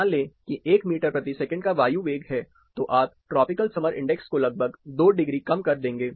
मान लें कि एक मीटर प्रति सेकंड का वायु वेग है तो आप ट्रॉपिकल समर इंडेक्स को लगभग 2 डिग्री कम कर देंगे